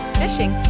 fishing